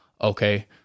okay